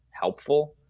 helpful